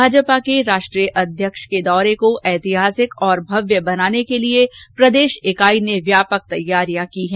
भाजपा के राष्ट्रीय अध्यक्ष के दौरे को ऐतिहासिक और भव्य बनाने के लिए भाजपा की प्रदेश इकाई ने व्यापक तैयारियां की है